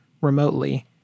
remotely